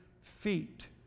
feet